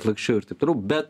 laksčiau ir taip toliau bet